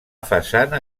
façana